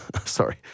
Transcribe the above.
sorry